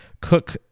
cook